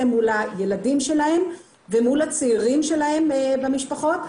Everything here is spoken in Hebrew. מול הילדים שלהם ומול הצעירים שלהם במשפחות,